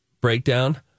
breakdown